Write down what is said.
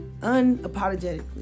unapologetically